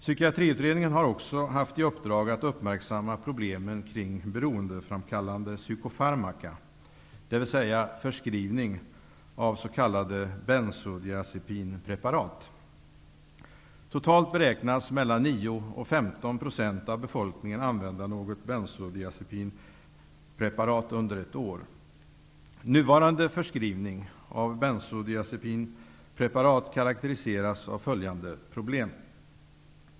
Psykiatriutredningen har också haft i uppdrag att uppmärksamma problemen kring beroende framkallande psykofarmaka, dvs. förskrivning av s.k. bensodiazepinpreparat. Totalt beräknas mel lan 9 och 15 % av befolkningen använda något bensodiazepinpreparat under ett år. Nuvarande förskrivning av bensodiazepinpre parat karakteriseras av följande problem.